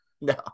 No